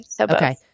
Okay